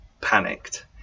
panicked